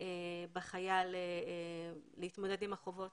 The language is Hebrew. בחייל להתמודד עם החובות